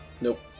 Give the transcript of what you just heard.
Nope